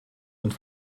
und